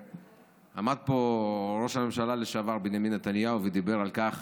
ועמד פה ראש הממשלה לשעבר בנימין נתניהו ודיבר על כך